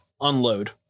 unload